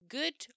good